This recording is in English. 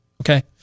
Okay